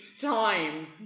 Time